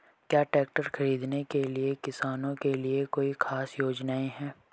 क्या ट्रैक्टर खरीदने के लिए किसानों के लिए कोई ख़ास योजनाएं हैं?